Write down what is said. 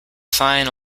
fine